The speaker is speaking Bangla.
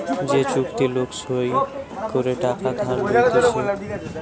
যে চুক্তি লোক সই করে টাকা ধার লইতেছে